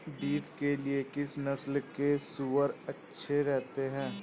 Beef के लिए किस नस्ल के सूअर अच्छे रहते हैं?